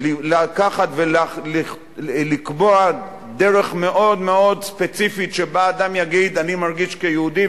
לקחת ולקבוע דרך מאוד מאוד ספציפית שבה אדם יגיד: אני מרגיש כיהודי,